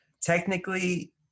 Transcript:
technically